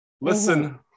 Listen